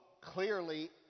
clearly